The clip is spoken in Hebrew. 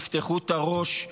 פתחו את הראש,